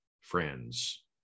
friends